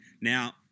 Now